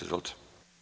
Izvolite.